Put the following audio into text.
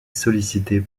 sollicitée